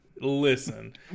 listen